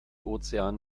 ozean